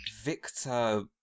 Victor